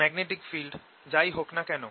magnetic field যাই হোক না কেন